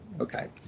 Okay